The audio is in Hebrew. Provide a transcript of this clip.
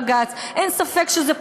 שאין ספק שלא יעמוד במבחן בג"ץ.